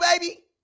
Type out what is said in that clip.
baby